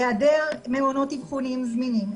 היעדר מעונות אבחוניים זמינים,